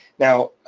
now,